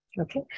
Okay